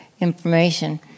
information